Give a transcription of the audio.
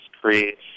creates